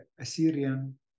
Assyrian